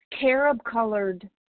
carob-colored